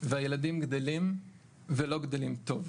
והילדים גדלים ולא גדלים טוב.